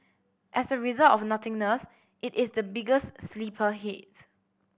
as a result of the nothingness it is the biggest sleeper hit